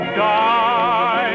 die